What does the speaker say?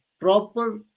proper